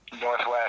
northwest